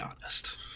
honest